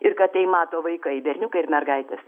ir kad tai mato vaikai berniukai ir mergaitės